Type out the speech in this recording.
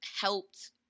helped